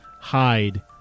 hide